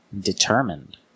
determined